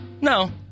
no